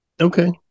Okay